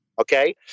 okay